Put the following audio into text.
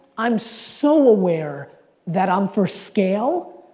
i'm so aware that i'm for scale,